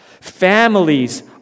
Families